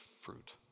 fruit